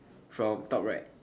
from top right